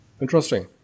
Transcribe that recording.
Interesting